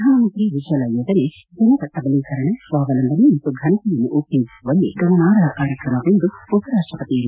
ಪ್ರಧಾನಮಂತ್ರಿ ಉಜ್ವಲಾ ಯೋಜನೆ ಜನರ ಸಬಲೀಕರಣ ಸ್ನಾವಲಂಬನೆ ಮತ್ತು ಘನತೆಯನ್ನು ಉತ್ತೇಜಿಸುವಲ್ಲಿ ಗಮನಾರ್ಹ ಕಾರ್ಯಕ್ರಮವೆಂದು ಉಪರಾಷ್ಟಪತಿ ಎಂ